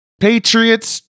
Patriots